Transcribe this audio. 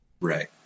right